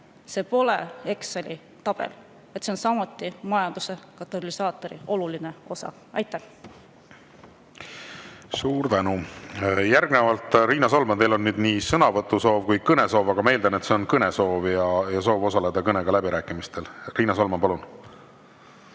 pole Exceli tabel. See on samuti majanduse katalüsaatori oluline osa. Aitäh! Suur tänu! Järgnevalt Riina Solman. Teil on nüüd nii sõnavõtusoov kui ka kõnesoov, aga ma eeldan, et on kõnesoov, soov osaleda kõnega läbirääkimistel. Riina Solman, palun!